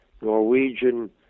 Norwegian